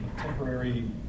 temporary